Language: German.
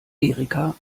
erika